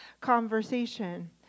conversation